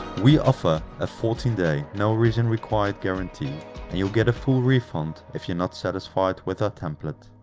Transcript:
we offer a fourteen day no-reason-required guarantee, and you'll get a full refund if you're not satisfied with our template.